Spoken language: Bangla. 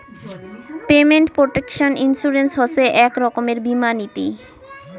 পেমেন্ট প্রটেকশন ইন্সুরেন্স হসে এক রকমের বীমা নীতি